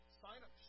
sign-up